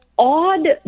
odd